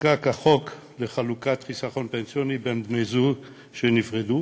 נחקק החוק לחלוקת חיסכון פנסיוני בין בני-זוג שנפרדו.